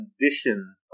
condition